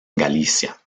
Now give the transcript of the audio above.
galicia